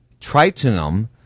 tritium